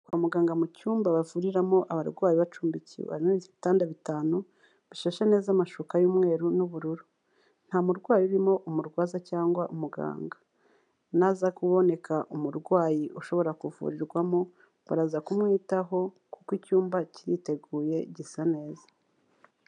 Kwa muganga mu cyumba bavuriramo abarwayi bacumbikiwe, harimo ibitanda bitanu bishashe neza amashuka y'umweru n'ubururu, nta murwayi urimo, umurwaza cyangwa umuganga, naza kuboneka umurwayi ushobora kuvurirwamo baraza kumwitaho kuko icyumba kiriteguye gisa neza.